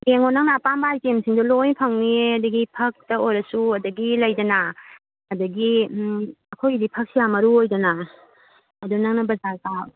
ꯌꯦꯡꯉꯣ ꯅꯪꯅ ꯑꯄꯥꯝꯕ ꯑꯥꯏꯇꯦꯝꯁꯤꯡꯗꯣ ꯂꯣꯏꯅ ꯐꯪꯅꯤꯌꯦ ꯑꯗꯨꯗꯒꯤ ꯐꯛꯇ ꯑꯣꯏꯔꯁꯨ ꯑꯗꯨꯗꯒꯤ ꯂꯩꯗꯅꯥ ꯑꯗꯨꯗꯒꯤ ꯑꯩꯈꯣꯏꯗꯤ ꯐꯛꯁꯦ ꯌꯥꯝ ꯃꯔꯨ ꯑꯣꯏꯗꯅ ꯑꯗꯨꯅ ꯅꯪꯅ ꯕꯖꯥꯔ ꯀꯥ